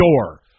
door